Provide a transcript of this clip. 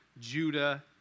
Judah